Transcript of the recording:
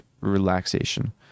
relaxation